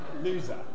loser